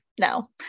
no